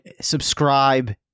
subscribe